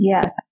Yes